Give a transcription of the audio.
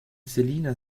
selina